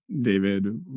David